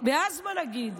ואז מה נגיד?